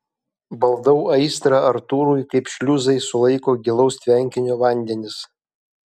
valdau aistrą artūrui kaip šliuzai sulaiko gilaus tvenkinio vandenis